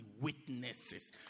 witnesses